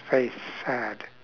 very sad